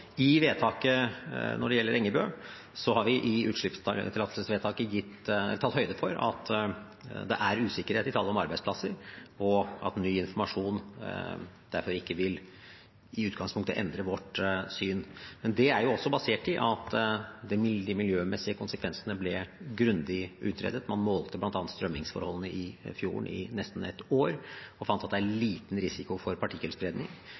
Når det gjelder Engebøgruva, har vi i utslippstillatelsesvedtaket tatt høyde for at det er usikkerhet i tallet på arbeidsplasser, og ny informasjon vil derfor ikke i utgangspunktet endre vårt syn. Men dette er også basert på at de miljømessige konsekvensene ble grundig utredet. Man målte bl.a. strømningsforholdene i fjorden i nesten et år og fant at det er liten risiko for partikkelspredning